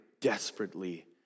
desperately